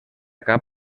cap